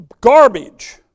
garbage